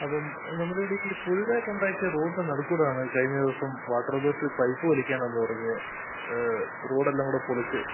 അപ്പം നമ്മുടെ ഇവിടെ ഈ പുതുതായി ഉണ്ടാക്കിയ റോഡിന് നടുക്ക് കൂടെയാണ് കഴിഞ്ഞ ദിവസം വാട്ടർ അതോരിറ്റി പൈപ്പ് വലിക്കാനെന്ന് പറഞ്ഞ് റോഡെല്ലാം കൂടെ പൊളിച്ച്